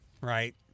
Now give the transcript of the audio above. Right